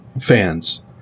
fans